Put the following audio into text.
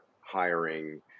hiring